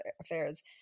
affairs